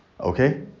Okay